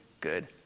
good